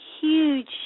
huge